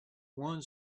one